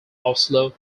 oslo